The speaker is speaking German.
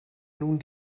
nun